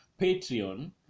Patreon